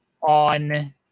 on